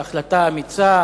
כהחלטה אמיצה,